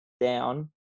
down